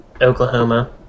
Oklahoma